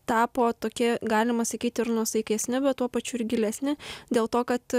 tapo tokie galima sakyti ir nuosaikesni bet tuo pačiu ir gilesni dėl to kad